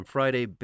Friday